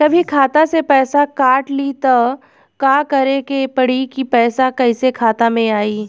कभी खाता से पैसा काट लि त का करे के पड़ी कि पैसा कईसे खाता मे आई?